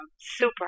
Super